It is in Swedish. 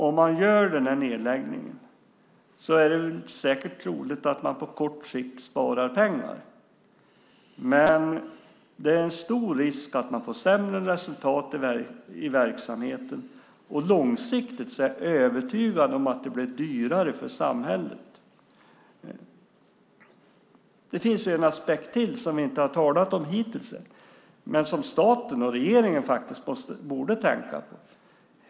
Om man gör den här nedläggningen är det säkert troligt att man på kort sikt sparar pengar. Men det är en stor risk att man får sämre resultat i verksamheten, och långsiktigt är jag övertygad om att det blir dyrare för samhället. Det finns en aspekt till som vi inte har talat om hittills men som staten och regeringen faktiskt borde tänka på.